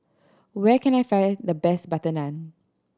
where can I find the best butter naan